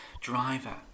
driver